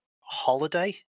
holiday